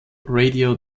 radio